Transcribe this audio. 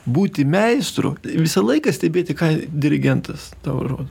būti meistru visą laiką stebėti kai dirigentas tau rodo